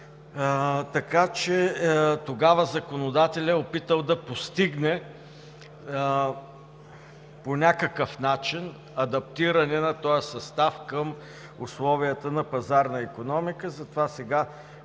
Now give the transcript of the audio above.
така че тогава законодателят е опитал да постигне по някакъв начин адаптиране на тоя състав към условията на пазарна икономика. Затова сега